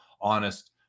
honest